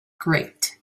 great